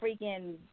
freaking